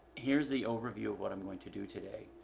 here's the overview what i'm going to do today.